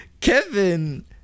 Kevin